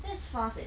that's fast eh